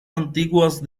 antiguas